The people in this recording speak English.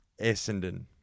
Essendon